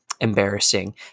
embarrassing